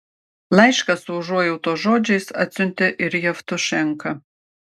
laišką su užuojautos žodžiais atsiuntė ir jevtušenka